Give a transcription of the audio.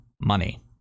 money